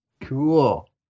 Cool